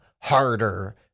harder